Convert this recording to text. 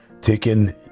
taking